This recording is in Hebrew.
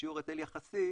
שיעור היטל יחסי.